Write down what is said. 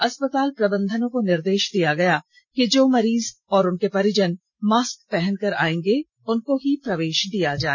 अस्पताल प्रबंधनों को निर्देष दिया गया कि जो मरीज और उनके परिजन मास्क पहन कर आएंगे उनको ही प्रवेष दिया जाए